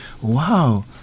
wow